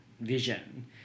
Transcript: vision